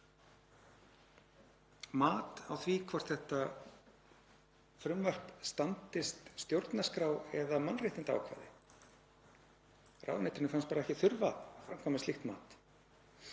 mat á því hvort þetta frumvarp standist stjórnarskrá eða mannréttindaákvæði. Ráðuneytinu fannst bara ekki þurfa að framkvæma slíkt mat.